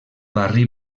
barri